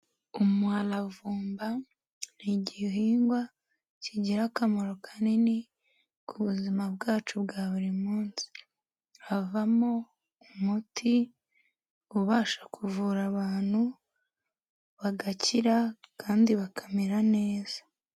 Umuravumba ni igihingwa kigira akamaro kanini ku buzima bwacu bwa buri munsi, havamo umuti ubasha kuvura abantu bagakira kandi bakamera neza.